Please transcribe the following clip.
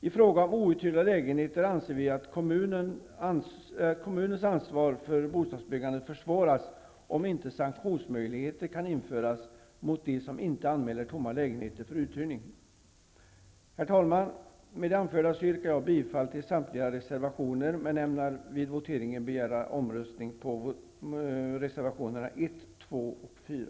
I fråga om outhyrda lägenheter anser vi att kommunens ansvar för bostadsbyggandet försvåras om inte sanktionsmöjligheter kan införas mot dem som inte anmäler tomma lägenheter för uthyrning. Herr talman! Med det anförda yrkar jag bifall till samtliga reservationer, men vid voteringen ämnar jag begära omröstning när det gäller reservationerna 1, 2 och 4.